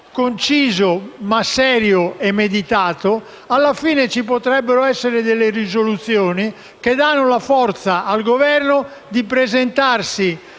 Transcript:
conciso ma serio e meditato, alla fine si potrebbero approvare delle risoluzioni in grado di dare la forza al Governo di presentarsi